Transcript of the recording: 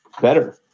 better